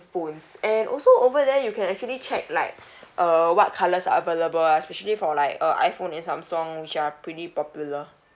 phones and also over there you can actually check like uh what colours are available lah especially for like a iphone and samsung which are pretty popular